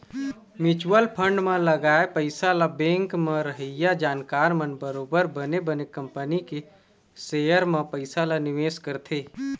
mutual fund म लगाए पइसा ल बेंक म रहइया जानकार मन बरोबर बने बने कंपनी के सेयर म पइसा ल निवेश करथे